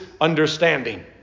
understanding